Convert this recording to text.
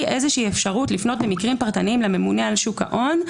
אפשרות לפנות במקרים פרטניים לממונה על שוק ההון,